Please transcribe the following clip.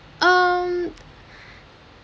um